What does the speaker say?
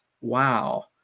wow